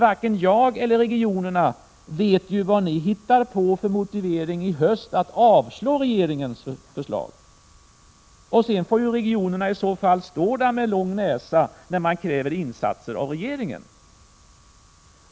Varken jag eller regionerna vet ju vad ni hittar på för motivering i höst för att avslå regeringens förslag. Sedan får regionernaii så fall stå där med lång näsa när de kräver insatser av regeringen.